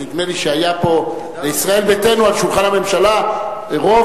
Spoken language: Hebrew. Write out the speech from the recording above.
נדמה לי שהיה פה מישראל ביתנו ליד שולחן הממשלה רוב.